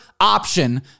option